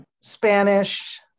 Spanish